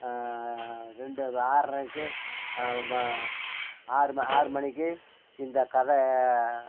ரெண்டு வ ஆறரைக்கி ஆறு ம ஆறு மணிக்கு இந்த கதை